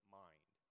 mind